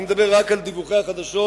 אני מדבר רק על דיווחי החדשות